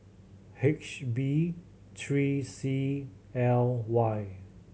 H B three C L Y